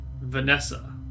Vanessa